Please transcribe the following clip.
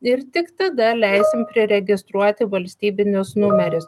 ir tik tada leisim priregistruoti valstybinius numerius